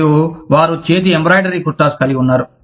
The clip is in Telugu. మరియు వారు చేతి ఎంబ్రాయిడరీ కుర్తాస్ కలిగి ఉన్నారు